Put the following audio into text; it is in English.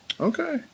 Okay